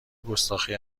گستاخی